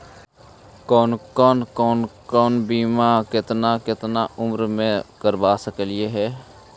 कौन कौन बिमा केतना केतना उम्र मे करबा सकली हे?